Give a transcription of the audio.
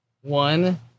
One